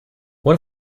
what